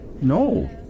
No